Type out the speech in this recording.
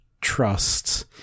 trust